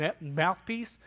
mouthpiece